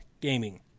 gaming